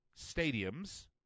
stadiums